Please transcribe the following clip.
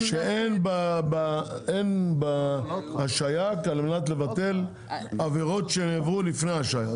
שאין בהשהיה על מנת לבטל עבירות שעברו לפני ההשהיה,